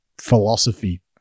philosophy